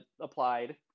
applied